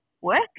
work